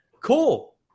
Cool